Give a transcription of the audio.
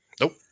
Nope